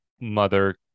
mother